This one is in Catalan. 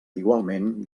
igualment